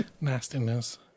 nastiness